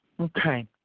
Okay